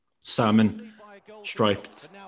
salmon-striped